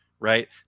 right